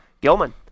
Gilman